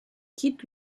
quitte